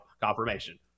confirmation